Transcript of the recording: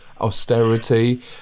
austerity